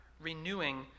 renewing